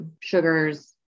sugars